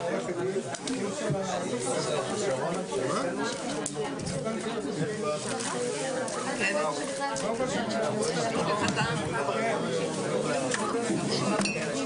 12:14.